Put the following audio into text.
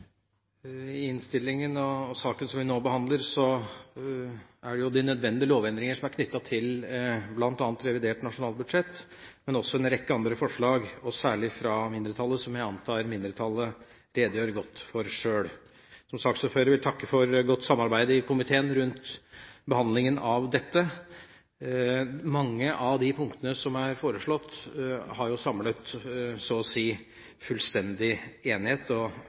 vedtatt. Innstillingen i saken som vi nå behandler, omhandler de nødvendige lovendringer som er knyttet til bl.a. revidert nasjonalbudsjett, men også en rekke andre forslag, særlig fra mindretallet, som jeg antar mindretallet redegjør godt for sjøl. Som saksordfører vil jeg takke for godt samarbeid i komiteen rundt behandlingen av dette. Mange av de punktene som er foreslått, har samlet så å si fullstendig enighet, og